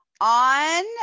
on